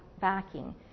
backing